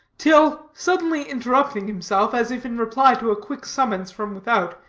till, suddenly interrupting himself, as if in reply to a quick summons from without,